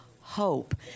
hope